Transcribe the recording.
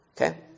Okay